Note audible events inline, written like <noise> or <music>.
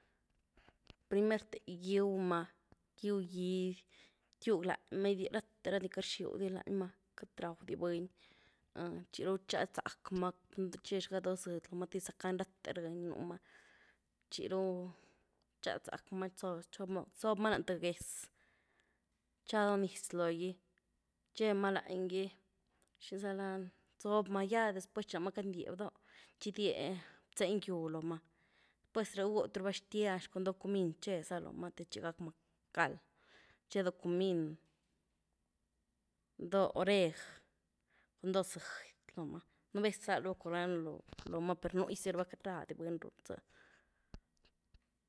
Primerte gíw ma, gíw. gíd, tywg lany ma gidye rate rani quity rxiwdy lany ma, quity raw di buny, <hesitation> txiru txiady zakma, tche xga do zëdy loma te gy-zacany rathe rëreiny ni núma, txi ru txyady zakma, <unintelligible> zob ma lany th gez, txa dó nyz logy, txe ma langy, ¿xini za lany?, zoob ma, gya después txi lama candiëb gydie btzeny gyw loma, después ry gút raba xtiaxy cun do’ cumin txe za loma te txi gakma cald, txe dó comin, dó oreg, cun dó sëedy loma, nu’ vez rzal raba curand loma, per nugyzy raba queity ra di ra buny run zy.